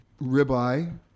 ribeye